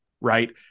right